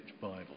Bible